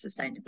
sustainability